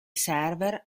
server